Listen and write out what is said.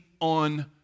on